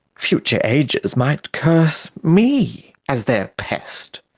future ages might curse me as their pest,